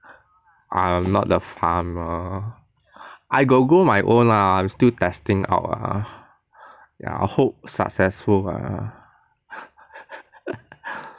I'm not the farmer I got grow my own lah I'm still testing out lah ya hope successful lah